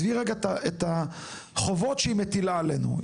ללא קשר לחובות שהיא מטילה עלינו,